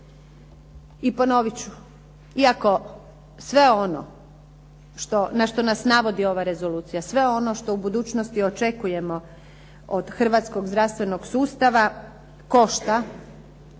I ponovit ću, iako sve ono na što nas navodi ova rezolucija, sve ono što u budućnosti očekujemo od hrvatskog zdravstvenog sustava košta.